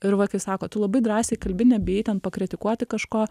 ir va kaip sako tu labai drąsiai kalbi nebijai ten pakritikuoti kažko